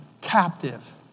captive